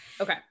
Okay